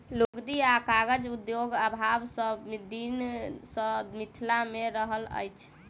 लुगदी आ कागज उद्योगक अभाव सभ दिन सॅ मिथिला मे रहल अछि